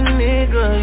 nigga